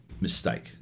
mistake